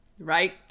right